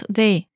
day